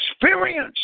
experience